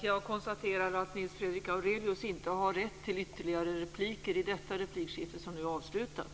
Jag konstaterar att Nils Fredrik Aurelius inte har rätt till ytterligare repliker i detta replikskifte, som nu är avslutat.